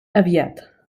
aviat